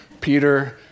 Peter